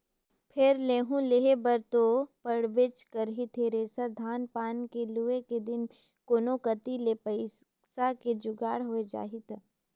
फेर लेहूं लेहे बर तो पड़बे करही थेरेसर, धान पान के लुए के दिन मे कोनो कति ले पइसा के जुगाड़ होए जाही त